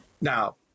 Now